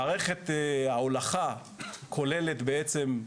מערכת ההולכה כוללת בעצם,